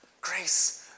grace